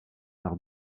par